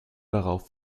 darauf